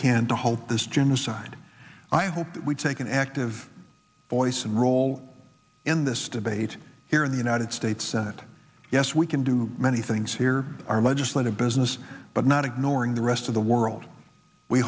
halt this genocide i hope that we take an active voice and role in this debate here in the united states senate yes we can do many things here our legislative business but not ignoring the rest of the world we